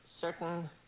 certain